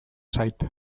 zait